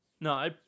No